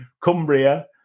Cumbria